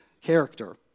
character